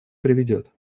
приведет